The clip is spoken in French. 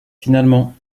finalement